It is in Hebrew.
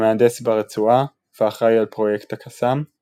המהנדס ברצועה והאחראי על פרויקט הקסאם;